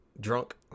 drunk